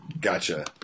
Gotcha